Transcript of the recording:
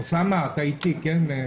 אוסאמה, אתה איתי, כן?